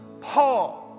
Paul